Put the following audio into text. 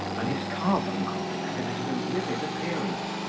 and his carbuncles exhibited a livid appearance,